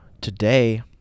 today